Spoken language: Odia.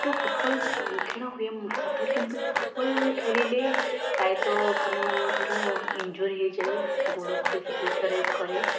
ଯେଉଁ ଫୁଟବଲ୍ ଖେଳ ହୁଏ ସତ କିନ୍ତୁ ଫୁଟବଲ୍ ଖେଳିଲେ ପ୍ରାୟତଃ ପିଲାମାନଙ୍କର ଇନଜୋର୍ଡ଼ ହେଇଯାଏ ଗୋଡ଼କୁ ବେଶୀ ପ୍ରେସରାଇଜ୍ କରେ